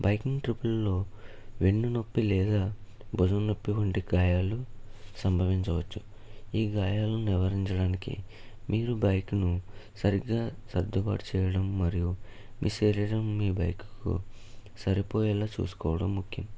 biking ట్రిపుల్లో వెన్నునొప్పి లేదా భుజం నొప్పి వంటి గాయాలు సంభవించవచ్చు ఈ గాయాలను నివారించడానికి మీరు బైక్ను సరిగ్గా సర్దుబాటు చేయటం మరియు మీ శరీరం మీ బైక్కు సరిపోయేలా చూసుకోవటం ముఖ్యం